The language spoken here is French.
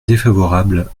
défavorable